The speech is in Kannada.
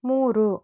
ಮೂರು